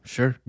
Sure